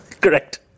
Correct